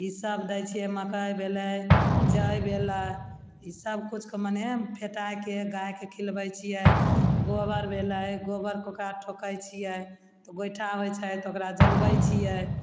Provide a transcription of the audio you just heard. ईसब दै छिए मकइ भेलै जइ भेलै ईसब किछुके मने फेटिके गाइके खिलबै छिए गोबर भेलै गोबरके ओकरा ठोकै छिए तऽ गोइठा होइ छै तऽ ओकरा जलबै छिए